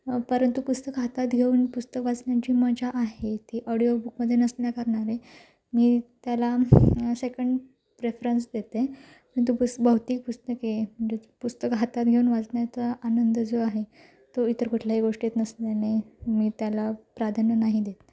परंतु पुस्तक हातात घेऊन पुस्तक वाचण्यात जी मजा आहे ती ऑडिओबुकमध्ये नसण्या कारणाने मी त्याला सेकंड प्रेफरन्स देते परंतु पुस बहुतेक पुस्तके पुस्तक हातात घेऊन वाचण्याचा आनंद जो आहे तो इतर कुठल्याही गोष्टीत नसण्याने मी त्याला प्राधान्य नाही देत